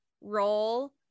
roll-